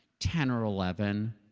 ten or eleven,